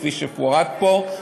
כפי שפורט פה.